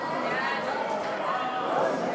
נתקבלו.